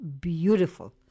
beautiful